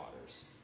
waters